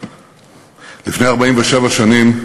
לפני 47 שנים